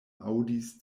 aŭdis